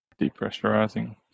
Depressurizing